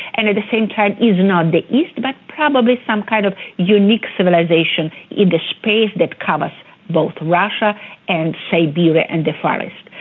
and at the same time is not the east but probably some kind of unique civilisation in the space that covers both russia and siberia and the far east.